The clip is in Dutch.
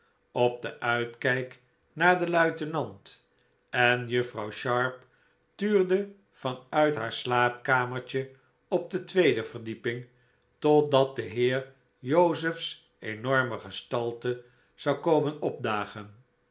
op den uitkijk naar den luitenant en juffrouw sharp tuurde van uit haar slaapkamertje op de tweede verdieping totdat de heer joseph's enorme gestalte zou komen opdagen